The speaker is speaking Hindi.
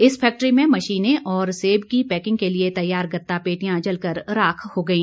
इस फैक्टरी में मशीनें और सेब की पैकिंग के लिए तैयार गत्ता पेटियां जलकर राख हो गई